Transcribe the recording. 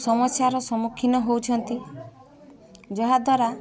ସମସ୍ୟାର ସମ୍ମୁଖୀନ ହେଉଛନ୍ତି ଯାହାଦ୍ୱାରା